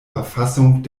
verfassung